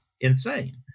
insane